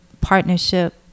partnership